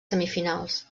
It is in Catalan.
semifinals